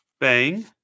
Bang